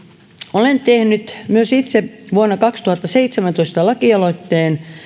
olen tehnyt myös itse vuonna kaksituhattaseitsemäntoista lakialoitteen